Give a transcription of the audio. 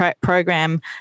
program